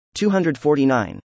249